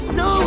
no